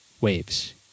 waves